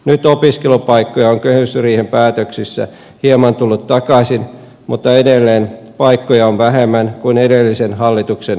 nyt opiskelupaikkoja on kehysriihen päätöksissä hieman tullut takaisin mutta edelleen paikkoja on vähemmän kuin edellisen hallituksen aikaan